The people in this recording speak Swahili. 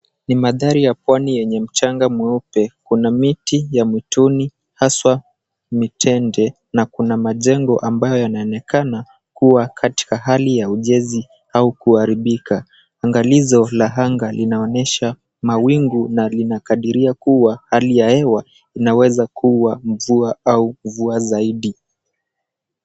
Ni maanthari ya pwani yenye mchanga mweupe, kuna miti ya mwituni haswa mitende, na kuna maiengo ambayo yanaonekana kuwa katika hali ya ujenzi au kuharibika. Angalizo la anga linaonesha mawingu inakadiria kuwa hali ya hewa inaweza kuwa mvua au mvua zaidi.